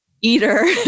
eater